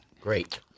Great